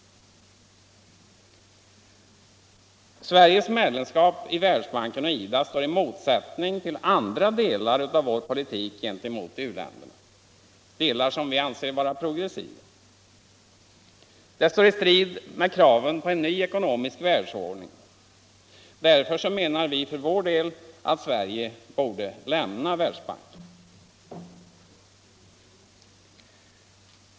Sveriges medlemskap i Världsbanken och IDA står i motsättning till andra delar av vår politik gentemot u-länderna, delar som vi anser vara progressiva. Det står i strid med kraven på en ny ekonomisk världsordning. Därför anser vi att Sverige bör lämna Världsbanken.